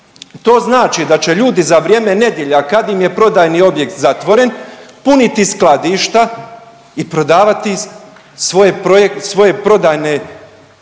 to znači da će ljudi za vrijeme nedjelja kad im je prodajni objekt zatvoren puniti skladišta i prodavati svoje prodajne proizvode